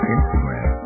Instagram